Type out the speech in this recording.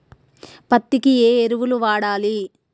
పత్తి కి ఏ ఎరువులు వాడాలి?